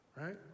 right